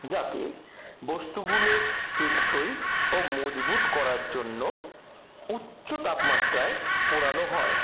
যাতে বস্তুগুলো টেকসই ও মজবুত করার জন্য উচ্চ তাপমাত্রায় পোড়ানো হয়